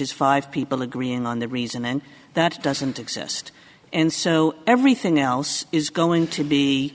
is five people agreeing on the reason then that doesn't exist and so everything else is going to be